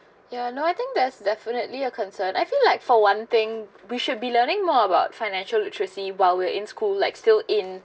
ya no I think there's definitely a concern I feel like for one thing we should be learning more about financial literacy while we're in school like still in